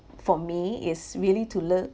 for me is really to lo~